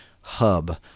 hub